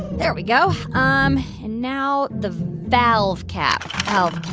there we go. um and now the valve cap. oh,